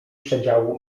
przedziału